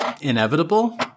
Inevitable